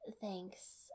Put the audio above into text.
Thanks